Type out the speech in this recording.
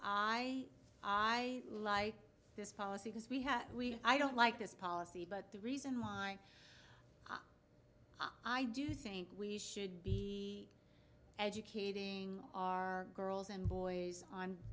i i like this policy is we have we i don't like this policy but the reason why i do think we should be educating our girls and boys on